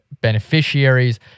beneficiaries